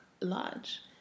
large